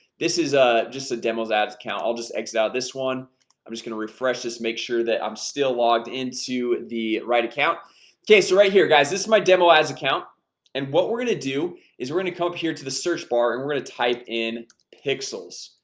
this is a just a demos ads account. i'll just exit out this one i'm just gonna refresh this make sure that i'm still logged into the right account okay, so right here guys this is my demo ads account and what we're gonna do is we're going to come up here to the search bar and we're going to type in pixels,